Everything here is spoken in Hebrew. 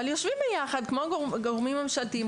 אבל יושבים ביחד כמה גורמים ממשלתיים,